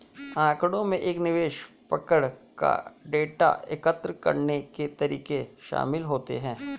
आँकड़ों में एक विशेष प्रकार का डेटा एकत्र करने के तरीके शामिल होते हैं